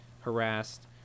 harassed